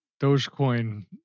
Dogecoin